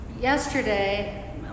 yesterday